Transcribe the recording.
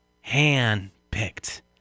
hand-picked